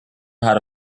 how